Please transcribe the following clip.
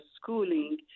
schooling